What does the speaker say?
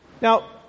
Now